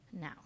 Now